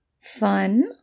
fun